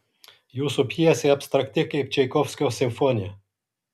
jūsų pjesė abstrakti kaip čaikovskio simfonija